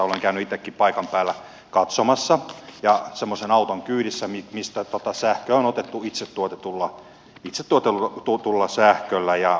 olen käynyt itsekin paikan päällä katsomassa ja ollut semmoisen auton kyydissä mihin sähkö on otettu itse tuotetusta sähköstä